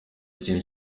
ikintu